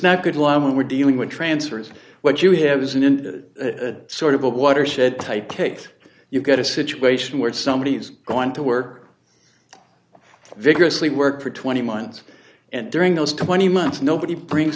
not good line when we're dealing with transfers what you have isn't that sort of a watershed type case you've got a situation where somebody is going to work vigorously work for twenty months and during those twenty months nobody brings